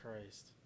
Christ